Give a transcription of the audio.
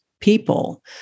people